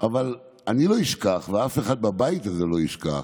אני לא אשכח, ואף אחד בבית הזה לא ישכח,